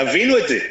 תבינו את זה.